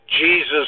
Jesus